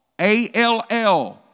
A-L-L